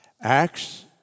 Acts